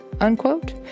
unquote